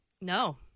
No